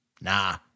nah